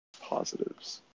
positives